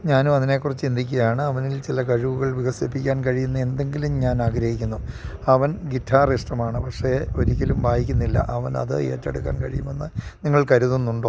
ഞാനുമതിനെക്കുറിച്ച് ചിന്തിക്കുകയാണ് അവനിൽ ചില കഴിവുകൾ വികസിപ്പിക്കാൻ കഴിയുന്ന എന്തെങ്കിലും ഞാനാഗ്രഹിക്കുന്നു അവന് ഗിറ്റാര് ഇഷ്ടമാണ് പക്ഷേ ഒരിക്കലും വായിക്കുന്നില്ല അവനത് ഏറ്റെടുക്കാൻ കഴിയുമെന്ന് നിങ്ങൾ കരുതുന്നുണ്ടോ